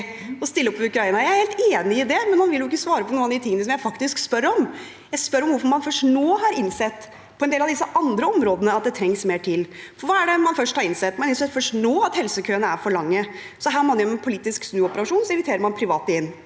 Jeg er helt enig i det, men han vil jo ikke svare på noen av de tingene som jeg faktisk spør om. Jeg spør om hvorfor man først nå har innsett, på en del av disse andre områdene, at det trengs mer til. For hva er det man først nå har innsett? Man har innsett først nå at helsekøene er for lange, så her gjør man en politisk snuoperasjon og inviterer private inn